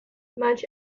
much